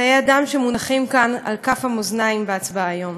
חיי אדם שמונחים כאן על כף המאזניים בהצבעה היום.